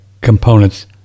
components